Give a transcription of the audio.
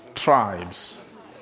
Tribes